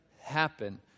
happen